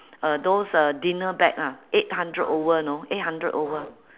uh those uh dinner bag lah eight hundred over know eight hundred over